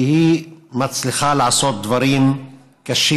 כי היא מצליחה לעשות דברים קשים,